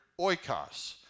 oikos